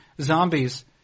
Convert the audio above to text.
zombies